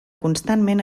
constantment